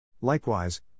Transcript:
Likewise